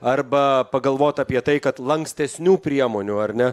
arba pagalvot apie tai kad lankstesnių priemonių ar ne